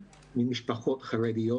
ממשפחות חרדיות,